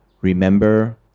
Remember